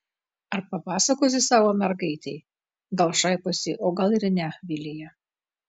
ar papasakosi savo mergaitei gal šaiposi o gal ir ne vilija